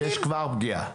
יש כבר פגיעה.